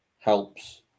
helps